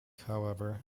however